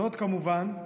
זאת, כמובן,